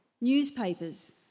Newspapers